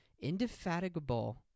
indefatigable